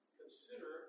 consider